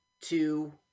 two